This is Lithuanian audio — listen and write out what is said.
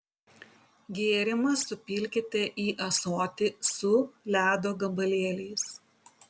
gėrimą supilkite į ąsotį su ledo gabalėliais